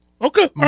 Okay